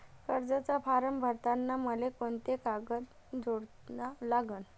कर्जाचा फारम भरताना मले कोंते कागद जोडा लागन?